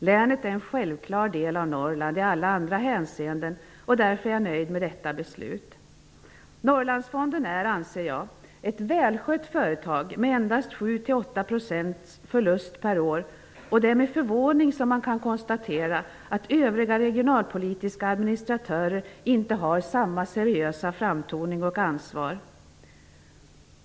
Länet är en självklar del av Norrland i alla andra hänseenden, och därför är jag nöjd med detta beslut. Norrlandsfonden är, anser jag, ett välskött företag med endast 7--8 % förlust per år, och det är med förvåning som man kan konstatera att övriga regionalpolitiska administratörer inte har samma seriösa framtoning och ansvar.